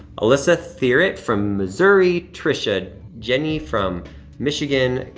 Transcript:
alyssa thieret from missouri, trisha jenny from michigan,